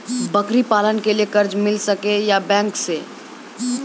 बकरी पालन के लिए कर्ज मिल सके या बैंक से?